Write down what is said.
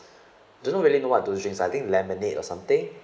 don't really know what those drinks I think lemonade or something